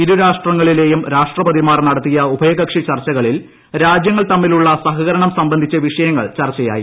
ഇരു രാജ്യങ്ങളിലെയും രാഷ്ട്രപതിമാർ നടത്തിയ ഉഭയകക്ഷി ചർച്ചകളിൽ രാജ്യങ്ങൾ തമ്മിലുള്ള സഹകരണം സംബന്ധിച്ച വിഷയങ്ങൾ ചർച്ചയായി